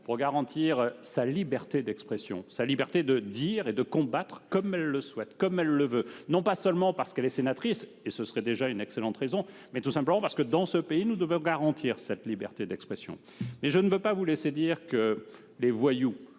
pour garantir sa liberté d'expression, sa liberté de dire et de combattre, comme elle le souhaite, comme elle le veut, non pas seulement parce qu'elle est sénatrice- ce serait déjà une excellente raison -, mais tout simplement parce que, dans ce pays, nous devons garantir la liberté d'expression de chacun. Néanmoins, je ne peux pas vous laisser dire que les voyous